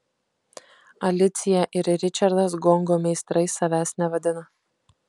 alicija ir ričardas gongo meistrais savęs nevadina